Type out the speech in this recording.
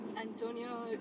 Antonio